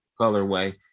colorway